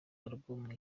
album